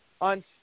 on